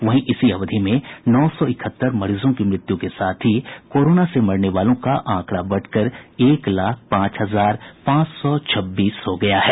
वहीं इसी अवधि में नौ सौ इकहत्तर मरीजों की मृत्यु के साथ ही कोरोना से मरने वालों का आंकड़ा बढ़कर एक लाख पांच हजार पांच सौ छब्बीस हो गया है